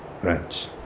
French